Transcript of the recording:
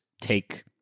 take